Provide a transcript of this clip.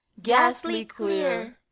ghastly clear,